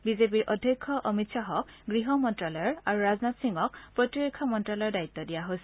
বিজেপিৰ অধ্যক্ষ অমিত খাহক গৃহ মন্ত্যালয় আৰু ৰাজনাথ সিঙক প্ৰতিৰক্ষা মন্ত্যালয়ৰ দায়িত্ দিয়া হৈছে